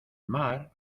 mar